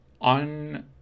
on